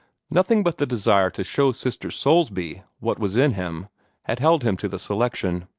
nothing but the desire to show sister soulsby what was in him had held him to the selection.